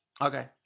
Okay